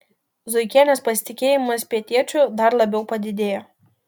zuikienės pasitikėjimas pietiečiu dar labiau padidėjo